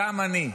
גם אני.